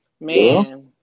Man